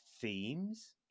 themes